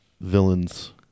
villains